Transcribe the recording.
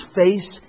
face